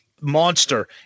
monster